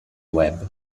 web